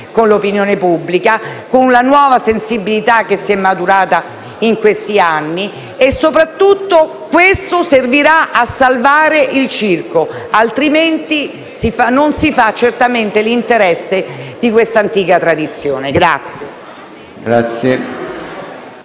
con l'opinione pubblica, con la nuova sensibilità maturata in questi anni. Soprattutto questo servirà a salvare il circo; diversamente non si agisce certamente nell'interesse di questa antica tradizione.